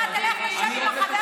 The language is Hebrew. מה,